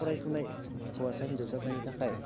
फरायफुनाय हौवासा हिनजावसाफोरनि थाखाय